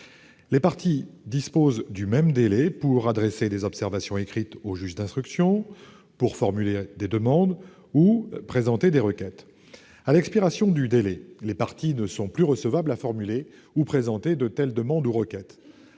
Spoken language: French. Les parties disposent du même délai pour adresser des observations écrites au juge d'instruction, pour formuler des demandes ou pour présenter des requêtes. À l'expiration de ce délai, les parties ne sont plus recevables à formuler ou présenter de telles demandes ou requêtes.